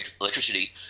electricity